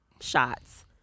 shots